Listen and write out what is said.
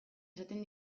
esaten